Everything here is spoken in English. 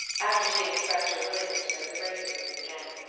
after she had expressed her willingness to go to the races with him again.